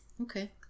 Okay